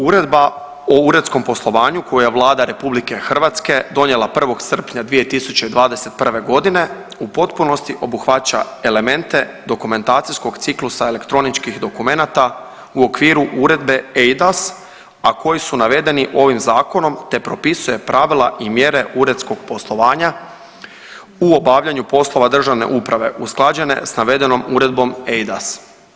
Uredba o Uredskom poslovanju koju je Vlada RH donijela 1. srpnja 2021. godine u potpunosti obuhvaća elemente dokumentacijskog ciklusa elektroničkih dokumenata u okviru Uredbe EIDAS, a koji su navedeni ovim zakonom te propisuje pravila i mjere uredskog poslovanja u obavljanju poslova državne uprave usklađene s navedenom uredbom eIDAS.